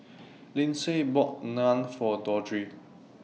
Lindsay bought Naan For Dondre